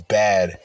bad